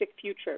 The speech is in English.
future